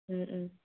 ꯎꯝ ꯎꯝ